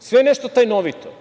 sve nešto tajnovito,